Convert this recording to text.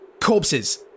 Corpses